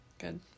Good